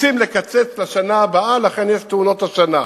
רוצים לקצץ לשנה הבאה, לכן יש תאונות השנה.